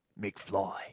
McFly